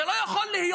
זה לא יכול להיות.